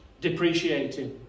depreciating